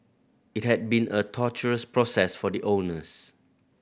it had been a torturous process for the owners